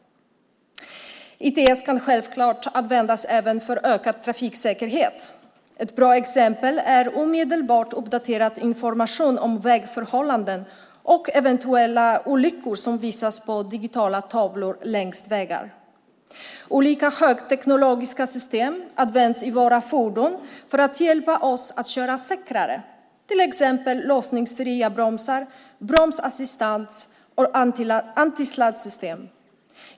ITS kan självklart användas även för ökad trafiksäkerhet. Ett bra exempel är omedelbart uppdaterad information om vägförhållanden och eventuella olyckor som visas på digitala tavlor längs vägar. Olika högteknologiska system används i våra fordon för att hjälpa oss att köra säkrare, till exempel låsningsfria bromsar, bromsassistans och antisladdsystem.